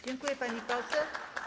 Dziękuję, pani poseł.